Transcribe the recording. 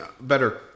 better